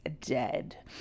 dead